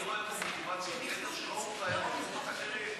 אני רואה פה מוטיבציה שלא הייתה במקומות אחרים.